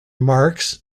marks